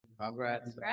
Congrats